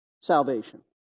salvation